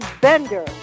Bender